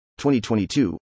2022